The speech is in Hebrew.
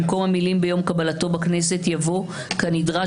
במקום המילים "ביום קבלתו בכנסת" יבוא "כנדרש